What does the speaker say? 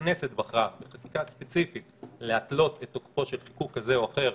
שהכנסת בחרה בחקיקה הספציפית להתלות את תוקפו של חיקוק כזה או אחר,